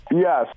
Yes